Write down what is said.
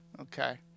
Okay